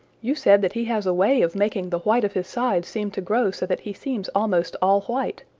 you said that he has a way of making the white of his sides seem to grow so that he seems almost all white,